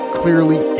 clearly